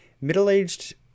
middle-aged